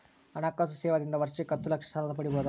ಹಣಕಾಸು ಸೇವಾ ದಿಂದ ವರ್ಷಕ್ಕ ಹತ್ತ ಲಕ್ಷ ಸಾಲ ಪಡಿಬೋದ?